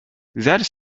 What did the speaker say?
that